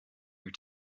your